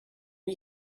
you